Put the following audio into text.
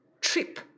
trip